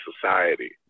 society